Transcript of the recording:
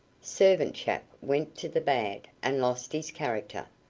servant chap went to the bad, and lost his character.